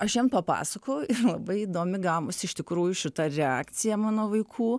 aš jiem papasakojau ir labai įdomi gavos iš tikrųjų šita reakcija mano vaikų